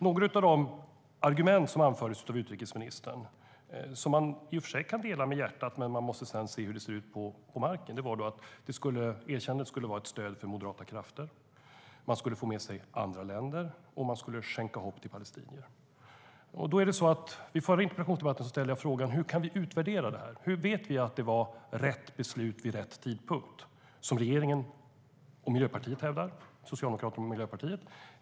Några av de argument som anfördes av utrikesministern - som man i och för sig kan dela med hjärtat, men man måste sedan se hur det ser ut på marken - var att erkännandet skulle vara ett stöd för moderata krafter, att man skulle få med sig andra länder och att man skulle skänka hopp till palestinierna. Vid förra interpellationsdebatten frågade jag: Hur kan vi utvärdera detta? Hur vet vi att det var rätt beslut vid rätt tidpunkt, vilket regeringen, alltså Socialdemokraterna och Miljöpartiet, hävdar?